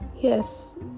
Yes